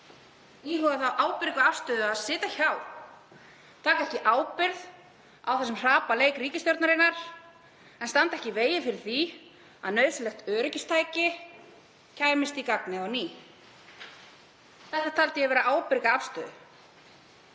taka þá ábyrgu afstöðu að sitja hjá og taka ekki ábyrgð á þessum slæma leik ríkisstjórnarinnar og standa ekki í vegi fyrir því að nauðsynlegt öryggistæki kæmist í gagnið á ný. Það taldi ég að vera ábyrga afstöðu